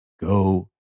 go